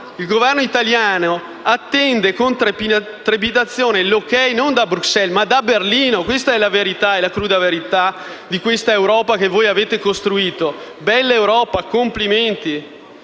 il Governo italiano attende con trepidazione il via libera non da Bruxelles, ma da Berlino: questa è la cruda verità di questa Europa che voi avete costruito. Bella Europa, complimenti!